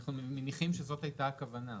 אנחנו מניחים שזאת הייתה הכוונה.